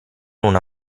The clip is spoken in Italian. una